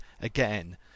again